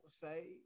say